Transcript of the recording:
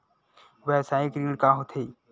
व्यवसायिक ऋण का होथे?